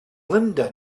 linda